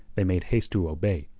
they made haste to obey,